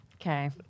Okay